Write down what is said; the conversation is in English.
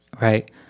right